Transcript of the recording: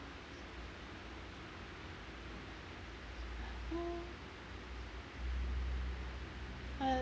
!aww! [